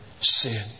sin